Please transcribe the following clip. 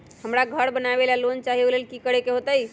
हमरा घर बनाबे ला लोन चाहि ओ लेल की की करे के होतई?